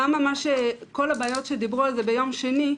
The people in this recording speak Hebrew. למה כל הבעיות שדיברו עליהן ביום שני,